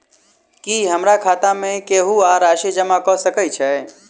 की हमरा खाता मे केहू आ राशि जमा कऽ सकय छई?